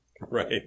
Right